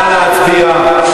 נא להצביע.